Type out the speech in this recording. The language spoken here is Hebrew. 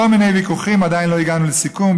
כל מיני ויכוחים, עדיין לא הגענו לסיכום.